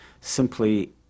simply